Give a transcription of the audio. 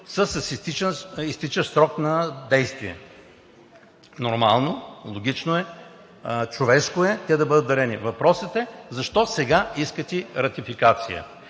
с изтичащ срок на действие. Нормално, логично е, човешко е те да бъдат дарени. Въпросът е защо сега искате ратификация?